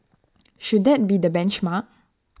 should that be the benchmark